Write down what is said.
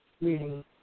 meeting